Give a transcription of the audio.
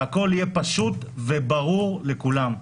שהכול יהיה פשוט וברור לכולם.